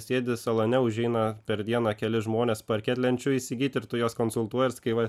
sėdi salone užeina per dieną keli žmonės parketlenčių įsigyt ir tu juos konsultuoji ir sakai va